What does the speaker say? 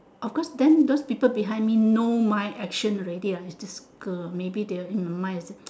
of course then those people behind me know my actions already ah it's this girl maybe they are in my mind also